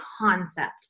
concept